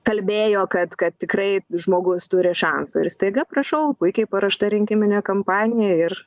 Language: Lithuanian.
kalbėjo kad kad tikrai žmogus turi šansų ir staiga prašau puikiai paruošta rinkiminė kampanija ir